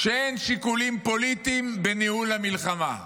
שאין שיקולים פוליטיים בניהול המלחמה.